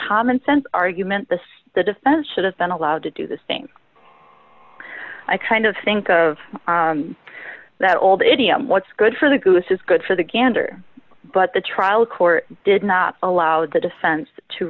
commonsense argument that the defense should have been allowed to do the same i kind of think of that old idiom what's good for the goose is good for the gander but the trial court did not allow the defense to